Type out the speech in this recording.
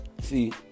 See